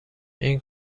این